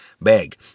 bag